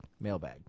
Mailbag